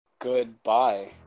goodbye